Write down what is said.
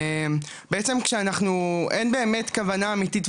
בעצם אין באמת כוונה אמיתית,